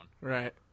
Right